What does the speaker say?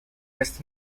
best